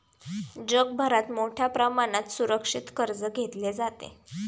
जगभरात मोठ्या प्रमाणात सुरक्षित कर्ज घेतले जाते